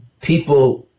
people